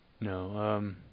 No